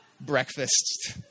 breakfast